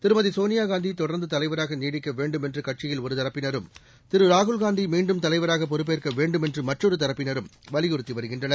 திருமதிசோனியாகாந்திதொடா்ந்துதலைவராகநீடிக்கவேண்டுமென்றுகட்சியில் ஒருதரப்பினரும் திருராகுல்காந்திமீண்டும் தலைவராகபொறுப்பேற்கவேண்டுமென்றுமற்றொருதரப்பினரும் வலியுறுத்திவருகின்றனர்